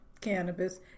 cannabis